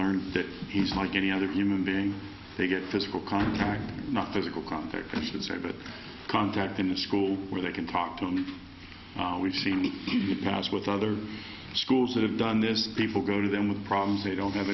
learn that he's like any other human being they get physical contact not physical contact i should say but contact in a school where they can talk to me we've seen me in the past with other schools that have done this people go to them with problems they don't have